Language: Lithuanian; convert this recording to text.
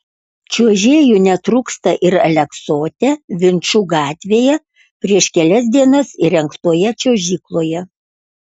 čiuožėjų netrūksta ir aleksote vinčų gatvėje prieš kelias dienas įrengtoje čiuožykloje